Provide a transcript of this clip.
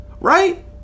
Right